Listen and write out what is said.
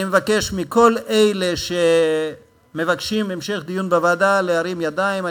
אני מבקש מכל אלה שמבקשים המשך דיון בוועדה להרים ידיים.